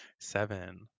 Seven